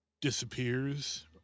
disappears